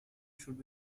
should